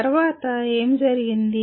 తర్వాత ఏమి జరిగింది